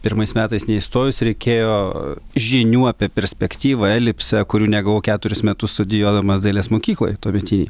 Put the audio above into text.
pirmais metais neįstojus reikėjo žinių apie perspektyvą elipsę kurių negavau keturis metus studijuodamas dailės mokykloj tuometinėj